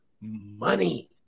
money